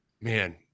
man